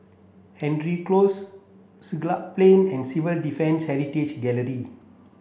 Hendry Close Siglap Plain and Civil Defence Heritage Gallery